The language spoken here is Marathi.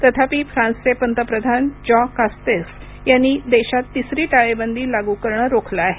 तथापि फ्रान्सचे पंतप्रधान जाँ कास्तेक्स यांनी देशात तिसरी टाळेबंदी लागू करणं रोखलं आहे